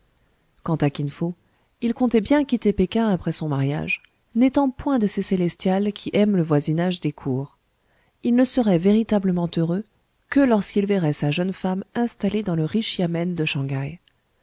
kin fo il comptait bien quitter péking après son mariage n'étant point de ces célestials qui aiment le voisinage des cours il ne serait véritablement heureux que lorsqu'il verrait sa jeune femme installée dans le riche yamen de shang haï